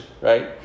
right